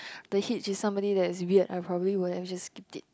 the hitch is somebody that is weird I probably would have just skipped it